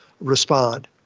respond